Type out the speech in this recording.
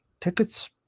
tickets